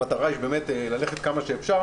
המטרה היא עד כמה שאפשר